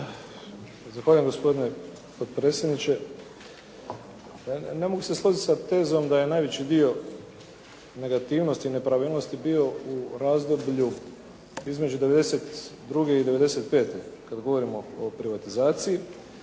Zahvaljujem gospodine potpredsjedniče. Ne mogu se složiti sa tezom da je najveći dio negativnosti i nepravilnosti bio u razdoblju između 92. i 95. kad govorimo o privatizaciji.